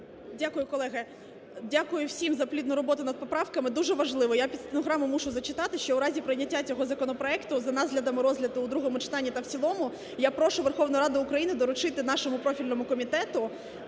Дякую, колеги. Дякую всім за плідну роботу над поправками. Дуже важливо, я під стенограму мушу зачитати, що в разі прийняття цього законопроекту за наслідками розгляду у другому читанні та в цілому я прошу Верховну Раду України доручити нашому профільному комітету